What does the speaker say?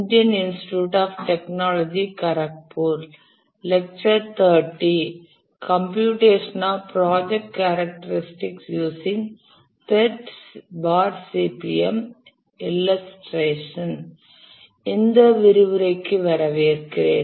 இந்த விரிவுரைக்கு வரவேற்கிறேன்